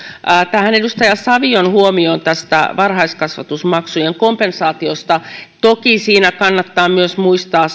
tähän edustaja savion huomioon tästä varhaiskasvatusmaksujen kompensaatiosta toki siinä kannattaa myös muistaa